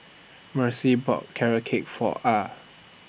Mercy bought Carrot Cake For Ah